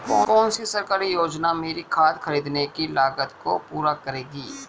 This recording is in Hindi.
कौन सी सरकारी योजना मेरी खाद खरीदने की लागत को पूरा करेगी?